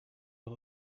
van